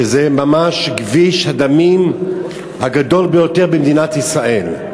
שזה ממש כביש הדמים הגדול ביותר במדינת ישראל.